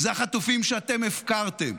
החטופים שאתם הפקרתם,